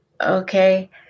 Okay